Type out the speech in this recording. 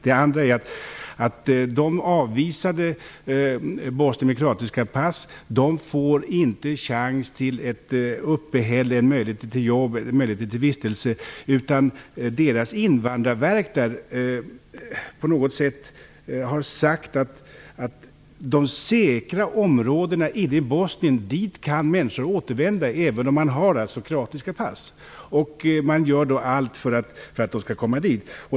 Det andra är att avvisade bosnier med kroatiska pass inte får chans till ett uppehälle, möjligheter till jobb eller möjligheter till vistelse. Deras invandrarverk har sagt att människor kan återvända till de säkra områdena inne i Bosnien, även om de har kroatiska pass, och man gör allt för att de skall komma dit.